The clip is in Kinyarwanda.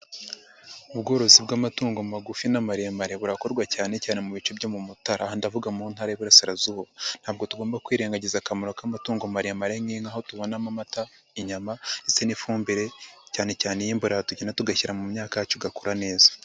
Ubworozi bw'amatungo magufi n'amaremare burakorwa cyane cyane mu bice byo mu Mutara. Aha ndavuga mu ntara y'Iburasirazuba. Ntabwo tugomba kwirengagiza akamaro k'amatungo maremare nk'inka aho tubonamo amata, inyama ndetse n'ifumbire cyane cyane iy'imborera tugenda tugashyira mu myaka yacu igakura neza.